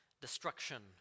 destruction